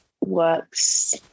works